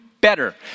better